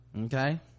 okay